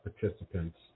participants